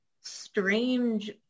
strange